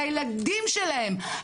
הילדים שלהם,